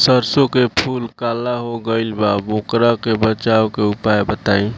सरसों के फूल काला हो गएल बा वोकरा से बचाव के उपाय बताई?